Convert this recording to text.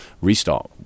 restart